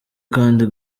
kandi